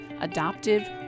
adoptive